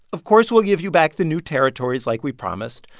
of course we'll give you back the new territories like we promised,